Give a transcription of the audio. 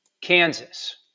Kansas